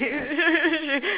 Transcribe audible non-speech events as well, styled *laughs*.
*laughs*